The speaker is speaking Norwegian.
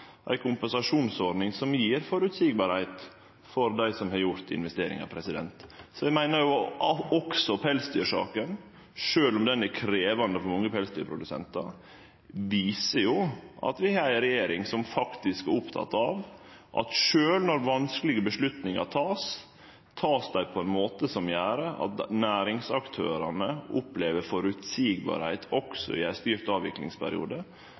ei kompensasjonsordning som gjev føreseielegheit for dei som har gjort investeringar. Så eg meiner at også pelsdyrsaka, sjølv om ho er krevjande for mange pelsdyrprodusentar, viser at vi har ei regjering som faktisk er oppteken av at sjølv når vanskelege avgjerder vert tekne, vert dei tekne på ein måte som gjer at næringsaktørane opplever føreseielegheit, også i ein styrt avviklingsperiode.